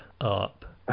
up